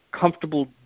comfortable